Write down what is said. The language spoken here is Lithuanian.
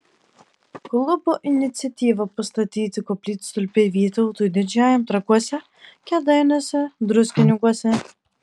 klubo iniciatyva pastatyti koplytstulpiai vytautui didžiajam trakuose kėdainiuose druskininkuose